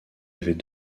avait